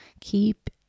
keep